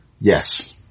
Yes